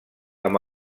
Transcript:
amb